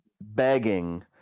begging